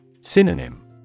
Synonym